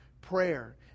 prayer